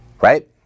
right